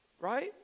right